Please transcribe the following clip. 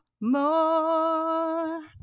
more